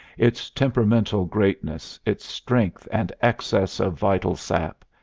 its temperamental greatness, its strength and excess of vital sap,